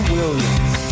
Williams